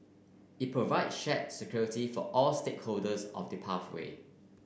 it provide shared security for all stakeholders of the pathway